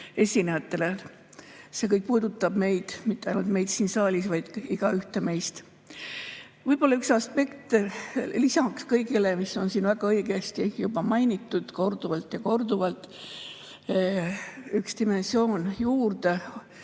esinejatele. See kõik puudutab meid – mitte ainult meid siin saalis, vaid igaühte meist. Võib‑olla üks aspekt lisaks kõigele, mida on siin väga õigesti juba mainitud korduvalt ja korduvalt, [toon] ühe dimensiooni juurde.